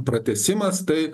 pratęsimas tai